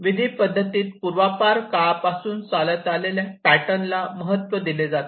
विधी पद्धतीत पूर्वापार काळापासून चालत आलेल्या पॅटर्नला महत्त्व दिले जाते